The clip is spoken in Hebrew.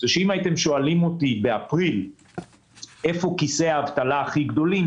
אם הייתם שואלים אותי באפריל איפה כיסי האבטלה הגדולים